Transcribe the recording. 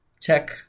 tech